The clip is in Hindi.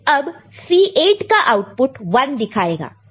अब C8 का आउटपुट 1 दिखाएगा